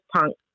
punk